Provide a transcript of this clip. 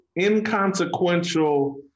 inconsequential